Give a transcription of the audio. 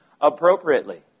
appropriately